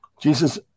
Jesus